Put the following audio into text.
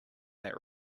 that